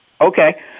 okay